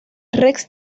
rex